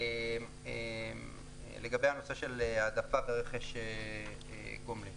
לגבי העדפת רכש גומלין